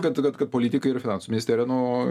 kad kad politikai ir finansų ministerija nu